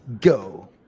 go